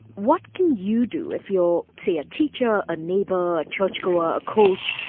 what can you do if you're, say, a teacher, a neighbor, a church-goer, a coach,